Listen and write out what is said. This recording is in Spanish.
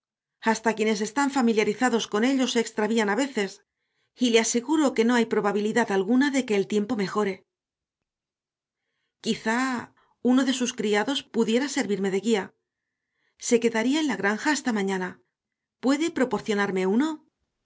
hasta quienes están familiarizados con ellos se extravían a veces y le aseguro que no hay probabilidad alguna de que el tiempo mejore quizá uno de sus criados pudiera servirme de guía se quedaría en la granja hasta mañana puede proporcionarme uno